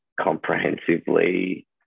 comprehensively